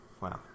Wow